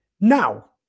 Now